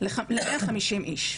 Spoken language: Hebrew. ל-150 איש.